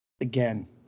again